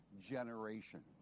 generation